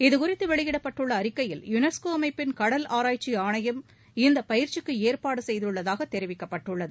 இது குறித்து வெளியிடப்பட்டுள்ள அறிக்கையில் யுனேஸ்கோ அமைப்பிள் கடல் ஆராய்ச்சி ஆணையம் இப்பயிற்சிக்கு ஏற்பாடு செய்துள்ளதாக தெரிவிக்கப்பட்டுள்ளது